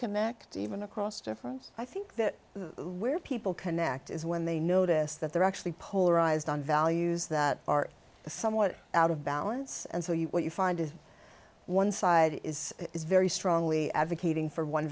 connect even across difference i think that where people connect is when they notice that they're actually polarized on values that are somewhat out of balance and so what you find is one side is is very strongly advocating for one